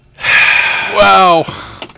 Wow